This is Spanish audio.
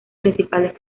principales